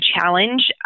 challenge